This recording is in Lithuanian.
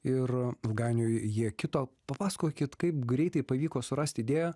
ir ilgainiui jie kito papasakokit kaip greitai pavyko surasti idėją